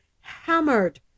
hammered